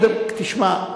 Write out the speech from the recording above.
תשמע,